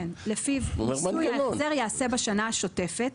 לפיו ההחזר יעשה בשנה השוטפת,